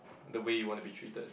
the way you want to be treated